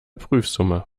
prüfsumme